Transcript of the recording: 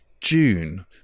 June